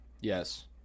Yes